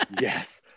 Yes